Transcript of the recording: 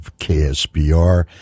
KSBR